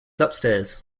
upstairs